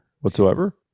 whatsoever